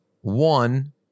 One